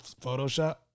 Photoshop